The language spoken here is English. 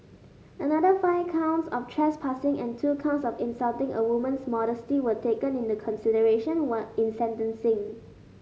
another five counts of trespassing and two counts of insulting a woman's modesty were taken in the consideration when in sentencing